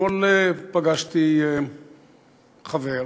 אתמול פגשתי חבר,